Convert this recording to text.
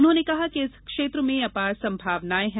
उन्होंने कहा कि इस क्षेत्र में अपार संभावनाएं हैं